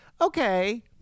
okay